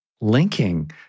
linking